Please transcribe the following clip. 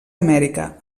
amèrica